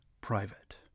private